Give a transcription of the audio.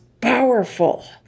powerful